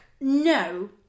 No